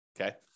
okay